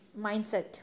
mindset